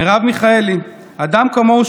מרב מיכאלי: אדם כמוהו,